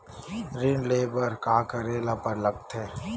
ऋण ले बर का करे ला लगथे?